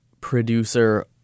producer